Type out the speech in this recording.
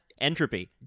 Entropy